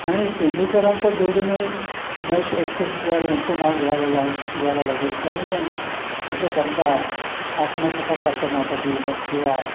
आणि तेंडुलकरांच्या जोडीने महेश एलकुंचवार यांचं नाव घ्यायला ला घ्यायला लागेल त्यांनी पण अतिशय दमदार आत्मकथासारखं नाटक लिहिलं किंवा